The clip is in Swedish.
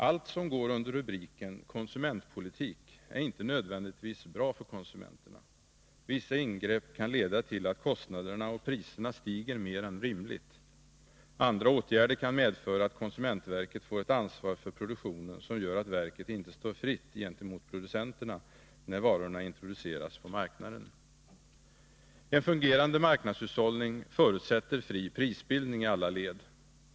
Allt som går under rubriken ”konsumentpolitik” är inte nödvändigtvis bra för konsumenterna. Vissa ingrepp kan leda till att kostnaderna och priserna stiger mer än rimligt. Andra åtgärder kan medföra att konsumentverket får ett ansvar för produktionen som gör att verket inte står fritt gentemot producenterna när varorna introduceras på marknaden. En fungerande marknadshushållning förutsätter fri prisbildning i alla led.